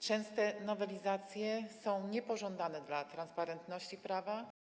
Częste nowelizacje są niepożądane dla transparentności prawa.